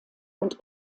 und